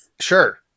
Sure